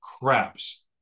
craps